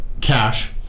cash